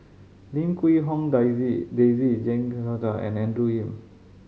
Lim Quee Hong Daisy Daisy Jek Thong and Andrew Yip